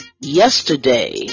yesterday